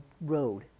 road